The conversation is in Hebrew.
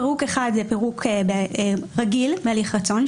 פירוק אחד זה פירוק רגיל בהליך רצון,